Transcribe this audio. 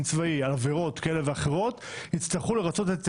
צבאי על עבירות כאלה ואחרות יצטרכו לרצות את